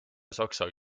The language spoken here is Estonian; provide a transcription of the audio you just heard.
saksa